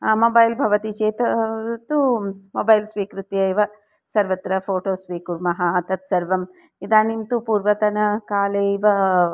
mobile भवति चेत् तु मोबैल् स्वीकृत्य एव सर्वत्र फ़ोटो स्वीकुर्मः तत्सर्वम् इदानीं तु पूर्वतनकाले इव